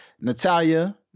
Natalia